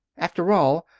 after all,